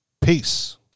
Peace